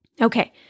Okay